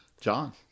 John